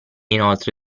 inoltre